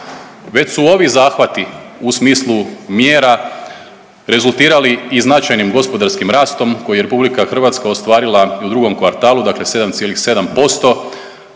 Već su ovi zahvati u smislu mjera rezultirali i značajnim gospodarskim rastom koji je RH ostvarila u drugom kvartalu, dakle 7,7%.